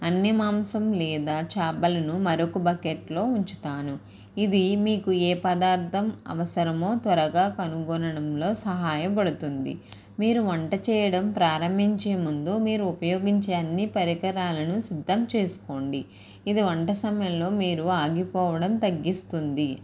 అన్నీ మాంసం లేదా చేపలను మరొక బకెట్లో ఉంచుతాను ఇది మీకు ఏ పదార్థం అవసరమో త్వరగా కనుగొనడంలో సహాయం పడుతుంది మీరు వంట చేయడం ప్రారంభించే ముందు మీరు ఉపయోగించే అన్నీ పరికరాలను సిద్ధం చేసుకోండి ఇది వంట సమయంలో మీరు ఆగిపోవడం తగ్గిస్తుంది